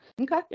Okay